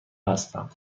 هستم